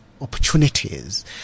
opportunities